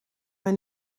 mij